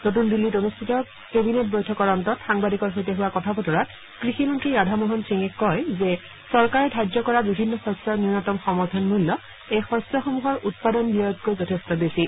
নতুন দিল্লীত অনুষ্ঠিত কেবিনেট বৈঠকৰ অন্তত সাংবাদিকৰ সৈতে হোৱা কথা বতৰাত কৃষি মন্ত্ৰী ৰাধামোহন সিঙে কয় যে চৰকাৰে ধাৰ্য কৰা বিভিন্ন শস্যৰ ন্যনতম সমৰ্থন মূল্য এই শস্যসমূহৰ উৎপাদন ব্যয়তকৈ যথেষ্ট বেছি